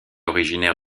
originaire